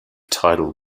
tidal